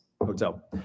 Hotel